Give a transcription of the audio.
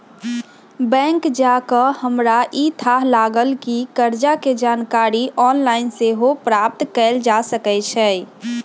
bank जा कऽ हमरा इ थाह लागल कि कर्जा के जानकारी ऑनलाइन सेहो प्राप्त कएल जा सकै छै